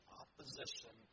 opposition